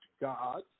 God